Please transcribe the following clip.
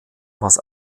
was